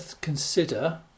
consider